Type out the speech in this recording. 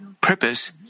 purpose